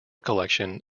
collection